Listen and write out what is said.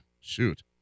Shoot